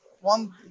one